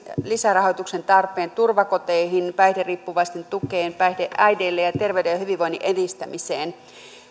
lisärahoituksen tarpeen turvakoteihin päihderiippuvaisten tukeen päihdeäideille ja ja terveyden ja hyvinvoinnin edistämiseen